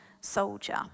soldier